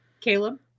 Caleb